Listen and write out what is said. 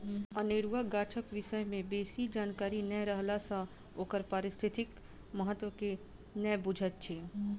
अनेरुआ गाछक विषय मे बेसी जानकारी नै रहला सँ ओकर पारिस्थितिक महत्व के नै बुझैत छी